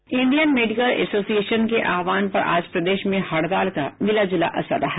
Indian medical association के आहवान पर आज प्रदेश में हड़ताल का मिला जुला असर रहा